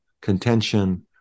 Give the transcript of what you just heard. contention